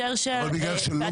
אבל בגלל שלא מונו?